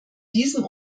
diesem